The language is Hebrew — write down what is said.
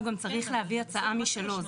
הוא גם צריך להביא הצעה משלו.